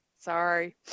Sorry